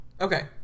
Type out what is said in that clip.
Okay